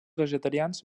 vegetarians